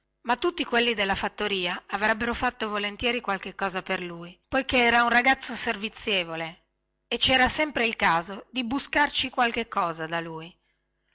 ma tutti quelli della fattoria avrebbero fatto volentieri qualche cosa per lui poichè era un ragazzo servizievole e ci era sempre il caso di buscarci qualche cosa da lui